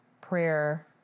prayer